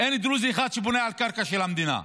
אין דרוזי אחד שבונה על קרקע של המדינה.